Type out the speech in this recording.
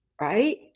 Right